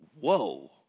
whoa